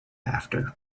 after